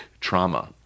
trauma